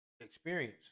experience